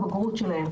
העיקר שכששאלתי אמרו: